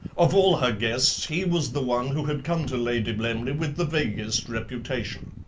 of all her guests, he was the one who had come to lady blemley with the vaguest reputation.